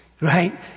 right